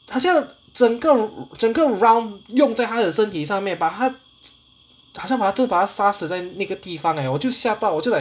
好像整个整个 round 用在他的身体上面把他 好像把他杀死在那个地方 eh 我就吓到我就 like